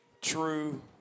true